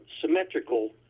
symmetrical